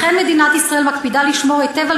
לכן מדינת ישראל מקפידה לשמור היטב על